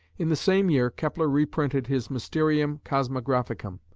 in the same year kepler reprinted his mysterium cosmographicum,